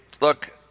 look